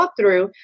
walkthrough